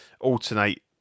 alternate